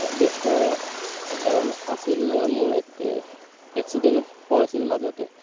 gap পৰাৰ কাৰণ আছিল মোৰ একে এক্সিডেণ্ট হৈছিল মাজতে